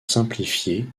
simplifiée